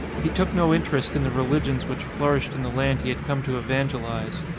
he took no interest in the religions which flourished in the land he had come to evangelise.